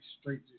straight